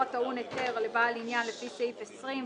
הטעון היתר לבעל עניין לפי סעיף 20,